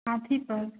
हँ ठीक अछि